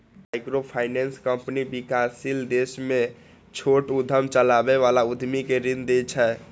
microfinance company विकासशील देश मे छोट उद्यम चलबै बला उद्यमी कें ऋण दै छै